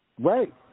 Right